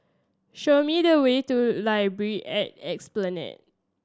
show me the way to Library at Esplanade